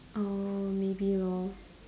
err maybe lor